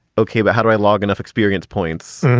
okay, but how do i log enough experience points?